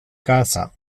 casa